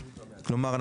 כלומר,